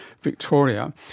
Victoria